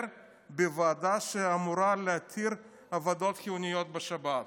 בוועדה שאמורה להתיר עבודות חיוניות בשבת?